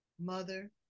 mother